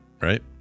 right